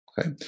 okay